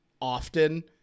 often